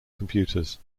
computers